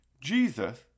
Jesus